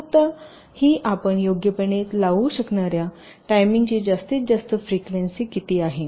अचूकता की आपण योग्यपणे लागू करू शकणार्या टायमिंगची जास्तीत जास्त फ्रिक्वेन्सी किती आहे